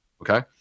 Okay